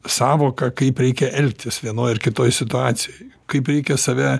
sąvoką kaip reikia elgtis vienoj ar kitoj situacijoj kaip reikia save